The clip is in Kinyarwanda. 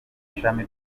ishami